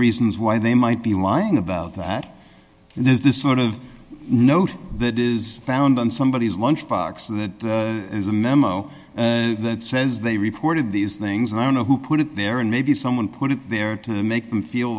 reasons why they might be lying about that there's this sort of note that is found and somebody has lunchbox that is a memo that says they reported these things and i don't know who put it there and maybe someone put it there to make them feel